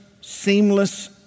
seamless